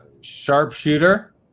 Sharpshooter